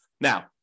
Now